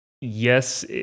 yes